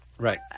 Right